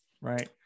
right